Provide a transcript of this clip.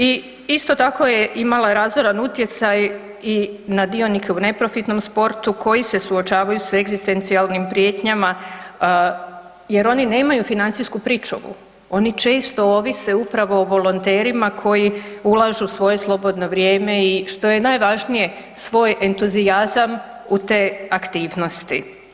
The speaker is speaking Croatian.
I isto tako je imala razoran utjecaj i na dionike u neprofitnom sportu koji se suočavaju s egzistencijalnim prijetnjama jer oni nemaju financijsku pričuvu, oni često ovise upravo o volonterima koji ulažu svoje slobodno vrijeme i što je najvažnije svoj entuzijazam u te aktivnosti.